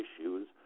issues